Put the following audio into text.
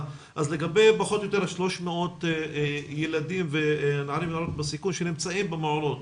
לגבי פחות או יותר 300 ילדים ונערים בסיכון שנמצאים במעונות,